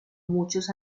muchos